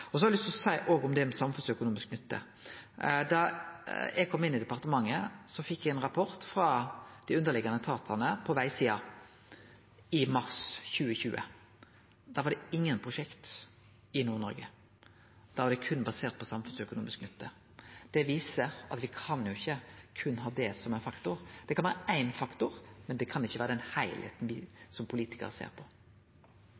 Så til det med samfunnsøkonomisk nytte. Da eg kom inn i departementet, fekk eg ein rapport frå dei underliggjande etatane på vegsida – i mars 2020. Da var det ingen prosjekt i Nord-Noreg. Da var det berre basert på samfunnsøkonomisk nytte. Det viser at me kan jo ikkje berre ha det som ein faktor. Det kan være éin faktor, men det kan ikkje vere den